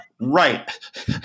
Right